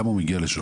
למה הוא מגיע להלם?